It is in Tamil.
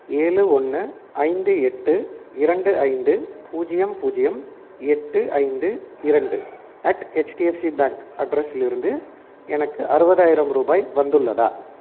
ஏழு ஒன்று ஐந்து எட்டு இரண்டு ஐந்து பூஜ்ஜியம் பூஜ்ஜியம் எட்டு ஐந்து இரண்டு அட் ஹெச்டிஎஃப்சி பேங்க் அட்ரஸிலிருந்து எனக்கு அறுபதாயிரம் ரூபாய் வந்துள்ளதா